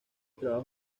trabajos